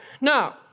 Now